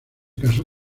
casó